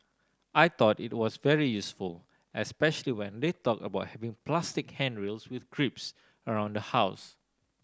I thought it was very useful especially when they talked about having plastic handrails with grips around the house